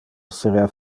esserea